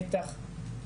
בטח,